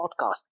podcast